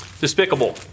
Despicable